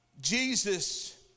Jesus